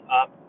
up